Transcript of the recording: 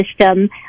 System